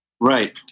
right